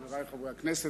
חברי חברי הכנסת,